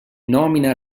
nomina